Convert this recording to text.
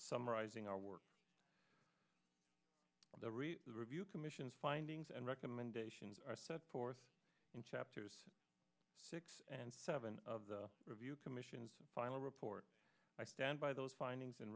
summarizing our work on the read the review missions findings and recommendations are set forth in chapters six and seven of the review commission's final report i stand by those findings